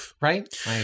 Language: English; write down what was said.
right